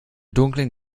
dunklen